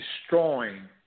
destroying